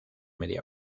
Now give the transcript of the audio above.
media